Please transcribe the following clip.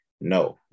No